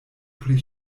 pri